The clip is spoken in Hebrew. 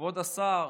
כבוד השר,